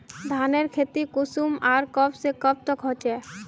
धानेर खेती कुंसम आर कब से कब तक होचे?